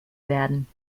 werden